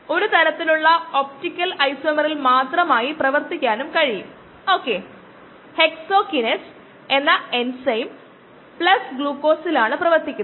competitive ഇൻഹിബിഷനു ആയി K m പുതുക്കിയിരിക്കുന്നു